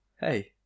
Hey